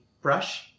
brush